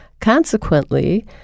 Consequently